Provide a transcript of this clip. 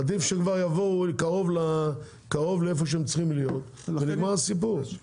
עדיף שכבר יבואו קרוב לקרוב לאיפה שהם צריכים להיות ונגמר הסיפור.